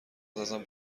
ازم